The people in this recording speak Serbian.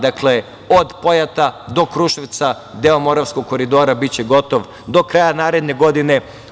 Dakle, od Pojata do Kruševca, deo Moravskog koridora biće gotov do kraja naredne godine.